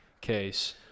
case